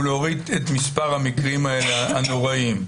ולהוריד את מספר המקרים האלה הנוראים.